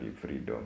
freedom